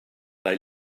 they